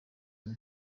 umwe